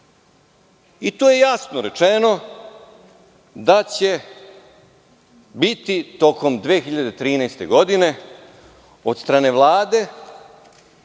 je jasno rečeno da će biti tokom 2013. godine od strane Vlade